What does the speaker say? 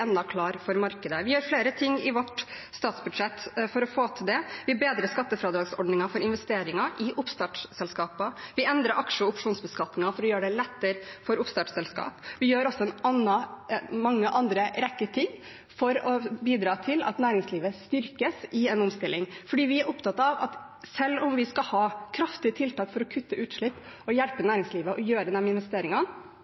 klar for markedet. Vi har flere ting i vårt statsbudsjett for å få til det: Vi bedrer skattefradragsordningen for investeringer i oppstartsselskaper. Vi endrer aksje- og opsjonsbeskatningen for å gjøre det lettere for oppstartselskap, og vi gjør en rekke andre ting for å bidra til at næringslivet styrkes i en omstilling, fordi vi er opptatt av at selv om vi skal ha kraftige tiltak for å kutte utslipp og hjelpe